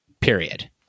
period